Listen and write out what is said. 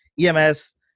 EMS